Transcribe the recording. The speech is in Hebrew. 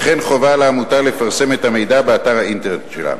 וכן חובה על העמותה לפרסם את המידע באתר האינטרנט שלה.